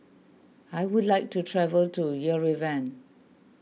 I would like to travel to Yerevan